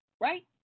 Right